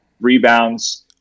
rebounds